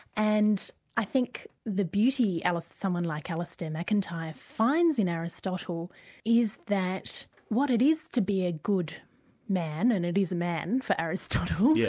and i think the beauty someone like alisdair macintyre finds in aristotle is that what it is to be a good man and it is a man for aristotle, yeah